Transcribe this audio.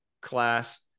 class